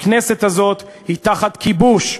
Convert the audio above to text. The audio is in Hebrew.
הכנסת הזאת היא תחת כיבוש,